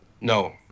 No